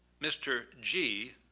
mr. g.